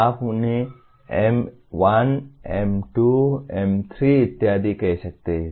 आप उन्हें M1 M2 M3 इत्यादि कह सकते हैं